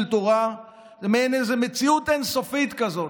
תורה זה מעין איזו מציאות אין-סופית כזאת,